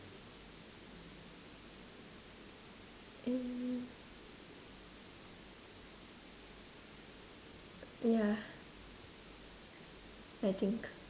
mm ya I think